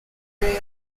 area